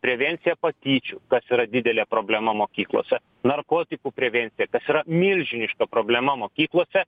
prevencija patyčių kas yra didelė problema mokyklose narkotikų prevencija kas yra milžiniška problema mokyklose